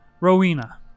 Rowena